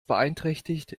beeinträchtigt